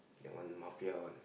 that one mafia one